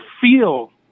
feel